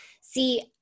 See